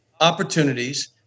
opportunities